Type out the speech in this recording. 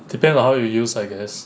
depends on how you use I guess